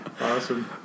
Awesome